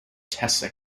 tessa